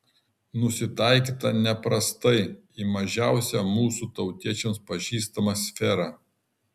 nusitaikyta neprastai į mažiausią mūsų tautiečiams pažįstamą sferą